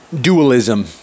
dualism